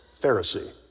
Pharisee